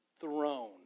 throne